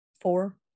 four